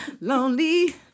lonely